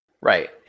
Right